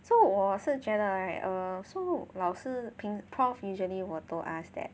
so 我是觉得 right err so 老师平 prof usually 我都 ask that